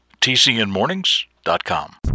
TCNmornings.com